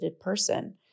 person